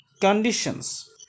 conditions